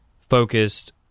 focused